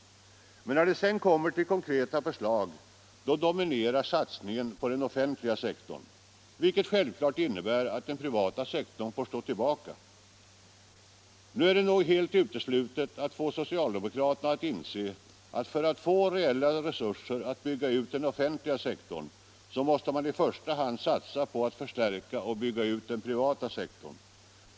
Men när det sedan kommer konkreta förslag, då dominerar satsningen på den offentliga sektorn — vilket självklart innebär att den privata sektorn får stå tillbaka. Nu är det nog helt uteslutet att få socialdemokraterna att inse att för att få reella resurser att bygga ut den offentliga sektorn måste man i första hand satsa på att förstärka och bygga ut den privata sektorn.